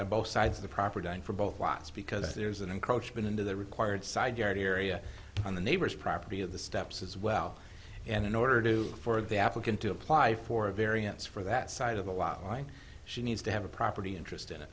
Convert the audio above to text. on both sides of the proper time for both lots because there's an encroachment into the required side yard area on the neighbor's property of the steps as well and in order to do for the applicant to apply for a variance for that side of the outline she needs to have a property interest in it